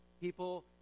People